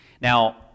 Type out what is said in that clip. Now